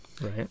Right